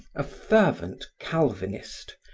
a fervent calvinist,